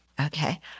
Okay